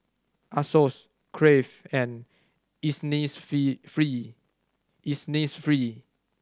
Asos Crave and Innisfree